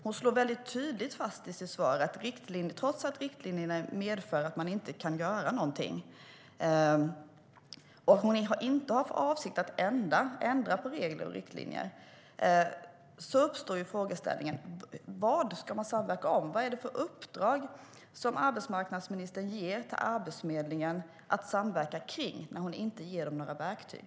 Hon slår tydligt fast i sitt svar att man ska samverka trots att riktlinjerna medför att man inte kan göra någonting och att hon inte har för avsikt att ändra på regler och riktlinjer. Då uppstår frågeställningen: Vad ska man samverka om? Vad är det för uppdrag som arbetsmarknadsministern ger till Arbetsförmedlingen att samverka om när hon inte ger dem några verktyg?